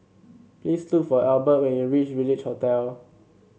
please look for Albert when you reach Village Hotel